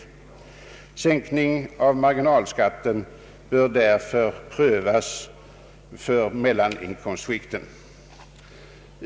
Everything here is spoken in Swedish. En sänkning av marginalskatten bör därför prövas på mellaninkomstskikten.